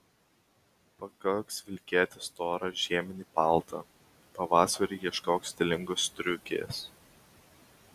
pakaks vilkėti storą žieminį paltą pavasariui ieškok stilingos striukės